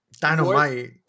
Dynamite